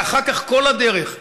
ואחר כך, כל הדרך,